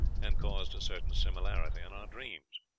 and caused a certain similarity in our dreams.